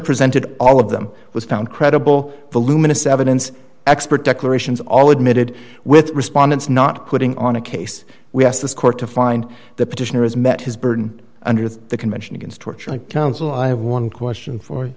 presented all of them was found credible voluminous evidence expert declarations all admitted with respondents not putting on a case we asked this court to find the petitioner has met his burden under the convention against torture and counsel i have one question for